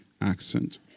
accent